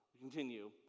continue